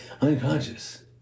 unconscious